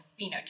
phenotype